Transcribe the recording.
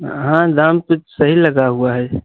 हाँ दाम तो सही लगा हुआ है